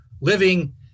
living